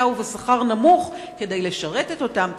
ובשכר נמוך כדי לשרת את אותם קשישים.